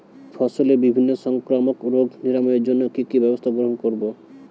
ফসলের বিভিন্ন সংক্রামক রোগ নিরাময়ের জন্য কি কি ব্যবস্থা গ্রহণ করব?